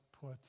put